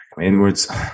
Inwards